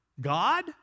God